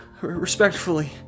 Respectfully